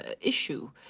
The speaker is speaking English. issue